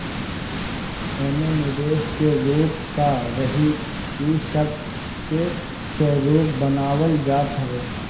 एमे निवेश के रूप का रही इ सब के स्वरूप बनावल जात हवे